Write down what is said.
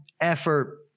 effort –